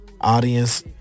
audience